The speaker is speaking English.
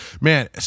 Man